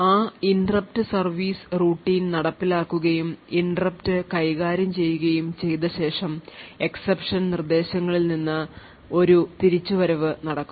ആ interrupt service routine നടപ്പിലാക്കുകയും interrupt കൈകാര്യം ചെയ്യുകയും ചെയ്ത ശേഷം exception നിർദ്ദേശങ്ങളിൽ നിന്ന് ഒരു തിരിച്ചുവരവ് നടക്കുന്നു